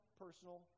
personal